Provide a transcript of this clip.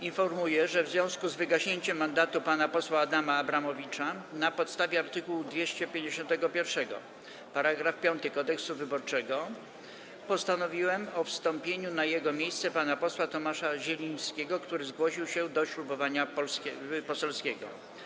Informuję, że w związku z wygaśnięciem mandatu pana posła Adama Abramowicza na podstawie art. 251 § 5 Kodeksu wyborczego postanowiłem o wstąpieniu na jego miejsce pana posła Tomasza Zielińskiego, który zgłosił się do ślubowania poselskiego.